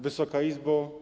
Wysoka Izbo!